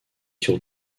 sur